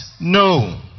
No